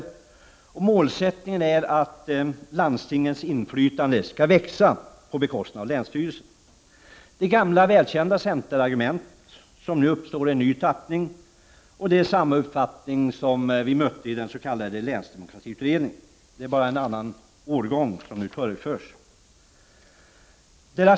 Målsättningen är att landstingens inflytande skall växa på bekostnad av länsstyrelserna. Det är gamla, välkända centerargument som nu uppstår i en ny tappning. Det är samma uppfattning som vi mötte i länsdemokratiutredningen. Det är bara en annan årgång som nu torgförs.